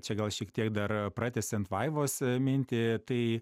čia gal šiek tiek dar pratęsiant vaivos mintį tai